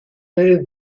day